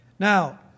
Now